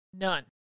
None